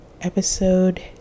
episode